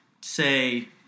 say